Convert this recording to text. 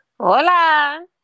Hola